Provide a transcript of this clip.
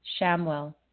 Shamwell